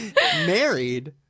married